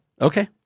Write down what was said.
Okay